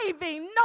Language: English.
No